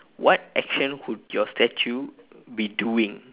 what action would your statue be doing